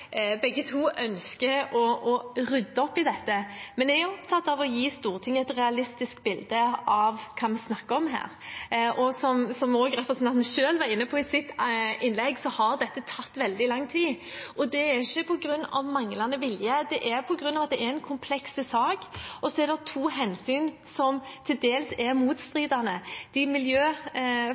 begge to ønsker å rydde opp i dette, men jeg er opptatt av å gi Stortinget et realistisk bilde av hva vi snakker om her. Som representanten selv var inne på i sitt innlegg, har dette tatt veldig lang tid. Det er ikke på grunn av manglende vilje. Det er på grunn av at det er en kompleks sak, og så er det to hensyn som til dels er motstridende. De